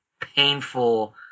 painful